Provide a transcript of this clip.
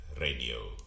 Radio